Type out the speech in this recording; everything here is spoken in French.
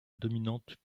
dominante